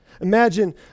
Imagine